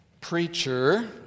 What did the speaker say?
preacher